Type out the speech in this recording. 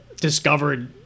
discovered